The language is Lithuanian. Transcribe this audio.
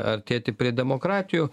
artėti prie demokratijų